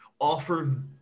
offer